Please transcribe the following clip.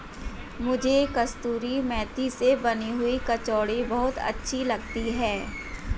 मुझे कसूरी मेथी से बनी हुई कचौड़ी बहुत अच्छी लगती है